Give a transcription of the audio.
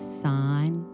sign